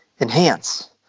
enhance